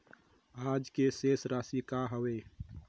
आज के शेष राशि का हवे?